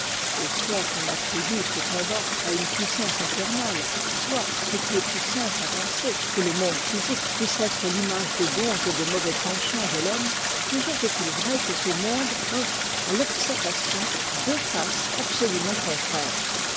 et soit qu'on attribue ce combat à une puissance infernale soit ce qui est plus simple à penser que le monde physique puisse être l'image des bons et des mauvais penchants det'homme toujours est-il vrai que ce monde offre à l'observation deux faces absolument contraires